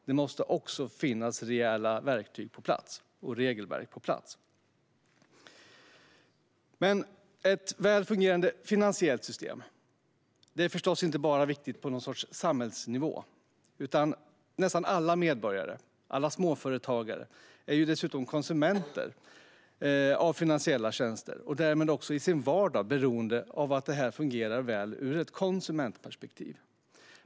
Det måste också finnas rejäla verktyg och regelverk på plats. Ett väl fungerande finansiellt system är förstås inte bara viktigt på någon sorts samhällsnivå. Nästan alla medborgare och småföretagare är dessutom konsumenter av finansiella tjänster och därmed också i sin vardag beroende av att det fungerar väl ur ett konsumentperspektiv.